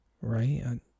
right